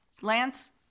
lance